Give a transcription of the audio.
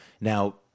Now